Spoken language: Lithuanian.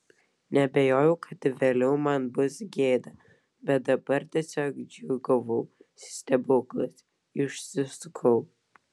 neabejojau kad vėliau man bus gėda bet dabar tiesiog džiūgavau stebuklas išsisukau